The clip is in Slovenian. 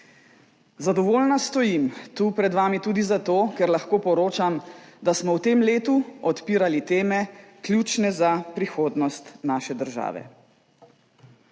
Zadovoljna stojim tu pred vami tudi zato, ker lahko poročam, da smo v tem letu odpirali teme, ključne za prihodnost naše države.